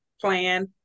plan